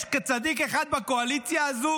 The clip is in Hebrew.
יש צדיק אחד בקואליציה הזו?